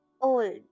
old